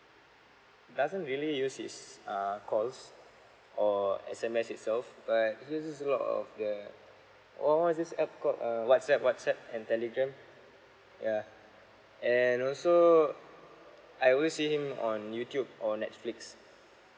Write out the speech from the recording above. doesn't really use his uh calls or S_M_S itself but he uses a lot of the what what is this app called uh whatsapp whatsapp and telegram yeah and also I always see him on youtube or netflix